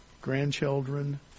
grandchildren